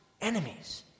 enemies